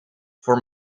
voor